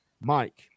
Mike